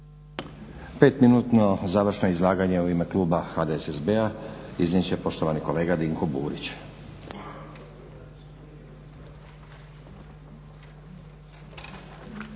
Petominutno završno izlaganje u ime kluba HDSSB-a iznijet će poštovani kolega Dinko Burić.